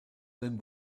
then